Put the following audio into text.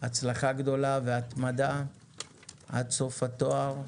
הצלחה גדולה והתמדה עד סוף התואר,